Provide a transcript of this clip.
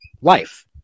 life